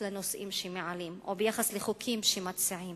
לנושאים שמעלים או ביחס לחוקים שמציעים.